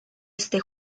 este